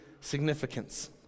significance